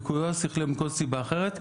ליקויו השכלי ומכל סיבה אחרת,